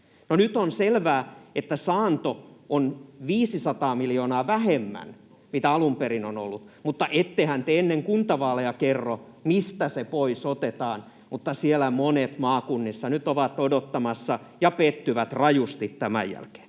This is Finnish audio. nyt on selvää, että saanto on 500 miljoonaa vähemmän kuin alun perin on ollut, mutta ettehän te ennen kuntavaaleja kerro, mistä se pois otetaan. Siellä monet maakunnissa nyt ovat odottamassa ja pettyvät rajusti tämän jälkeen.